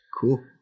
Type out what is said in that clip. cool